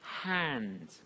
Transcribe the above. hand